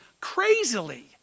crazily